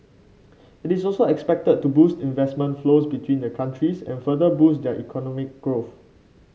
it is also expected to boost investment flows between the countries and further boost their economic growth